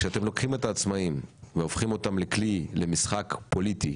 כשאתם לוקחים את העצמאים ולוקחים אותם לכלי למשחק פוליטי,